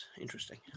Interesting